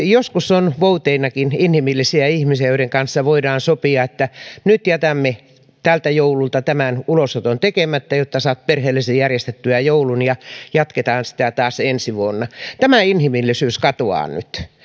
joskus on vouteinakin inhimillisiä ihmisiä joiden kanssa voidaan sopia että nyt jätämme tältä joululta tämän ulosoton tekemättä jotta saat perheellesi järjestettyä joulun ja jatketaan sitä taas ensi vuonna tämä inhimillisyys katoaa nyt